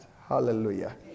Hallelujah